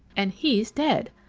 and he's dead!